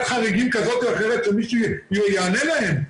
חריגים כזו או אחרת שמישהו יענה להם.